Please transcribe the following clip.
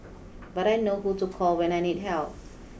but I know who to call when I need help